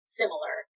similar